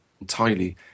entirely